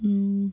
ಹ್ಞೂ